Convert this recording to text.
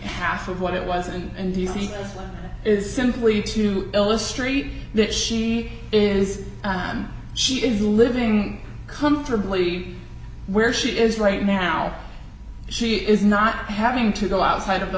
half of what it was in d c is simply to illustrate that she is time she is living comfortably where she is right now she is not having to go outside of the